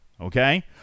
Okay